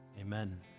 Amen